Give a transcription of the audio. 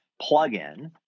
plug-in